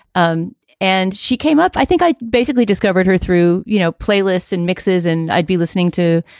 um and she came up. i think i basically discovered her through, you know, playlists and mixes. and i'd be listening to.